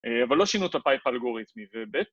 ‫אבל לא שינו את הפייפ אלגוריתמי. ‫ובית (ב')...